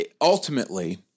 ultimately